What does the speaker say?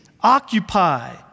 occupy